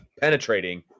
penetrating